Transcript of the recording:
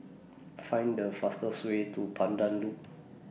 Find The fastest Way to Pandan Loop